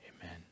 Amen